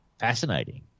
fascinating